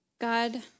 God